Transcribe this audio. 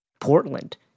Portland